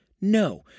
No